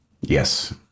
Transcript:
Yes